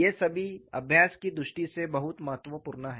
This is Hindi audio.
ये सभी अभ्यास की दृष्टि से बहुत महत्वपूर्ण हैं